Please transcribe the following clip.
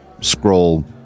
scroll